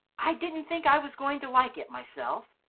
i didn't think i was going to like it myself,